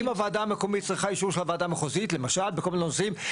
אם הוועדה המקומית צריכה אישור של הוועדה המחוזית למשל בכל מיני נושאים,